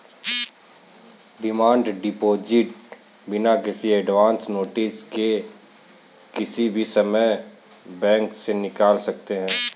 demand deposit बिना किसी advance notice के किसी भी समय बैंक से निकाल सकते है